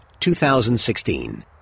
2016